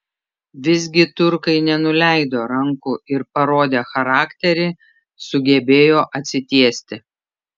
visgi turkai nenuleido rankų ir parodę charakterį sugebėjo atsitiesti